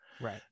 Right